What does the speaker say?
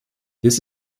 this